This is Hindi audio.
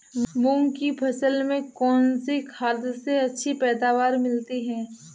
मूंग की फसल में कौनसी खाद से अच्छी पैदावार मिलती है?